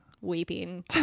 weeping